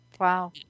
Wow